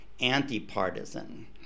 anti-partisan